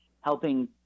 helping